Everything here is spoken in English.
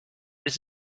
this